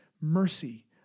mercy